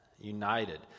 united